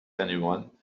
anyone